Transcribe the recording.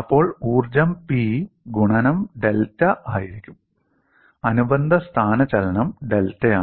അപ്പോൾ ഊർജ്ജം പി ഗുണനം ഡെൽറ്റ ആയിരിക്കും അനുബന്ധ സ്ഥാനചലനം ഡെൽറ്റയാണ്